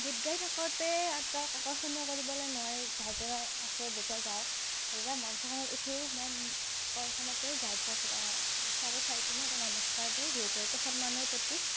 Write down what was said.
গীত গাই থাকোঁতে জাজক আকৰ্ষণীৰ কৰিবলৈ মই ওচৰত মই যেতিয়া যাওঁ যেতিয়া মঞ্চখনত উঠোঁ মই প্ৰথমতে জাজক চাই কিনে এটা নমস্কাৰ দিওঁ যিহেতু এইটো সন্মানৰ প্ৰতিক